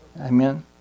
Amen